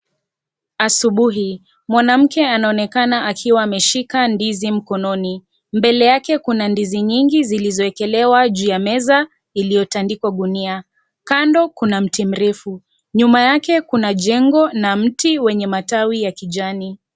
Asubuhi, mwanamke anaonekana akiwa ameshika ndizi mkononi, mbele yake kuna ndizi nyingi zilizoekelewa juu ya meza iliyotandikwa gunia, kando kuna mti mrefu, nyuma yake kuna jengo na mti wenye matawi ya kijani.